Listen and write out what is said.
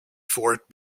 fort